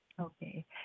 Okay